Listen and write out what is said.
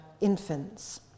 infants